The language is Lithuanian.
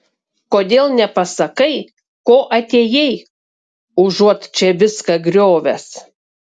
kodėl nepasakai ko atėjai užuot čia viską griovęs